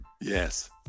yes